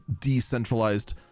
decentralized